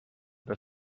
that